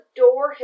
door